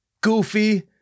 Goofy